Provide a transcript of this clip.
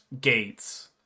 gates